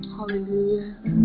Hallelujah